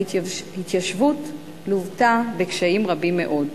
ההתיישבות לוותה בקשיים רבים מאוד,